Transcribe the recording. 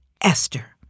Esther